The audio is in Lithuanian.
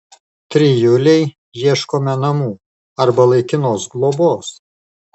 trijulei ieškome namų arba laikinos globos